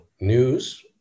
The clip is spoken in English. news